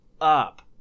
up